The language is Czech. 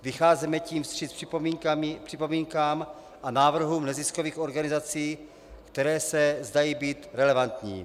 Vycházíme tím vstříc připomínkám a návrhům neziskových organizací, které se zdají být relevantní.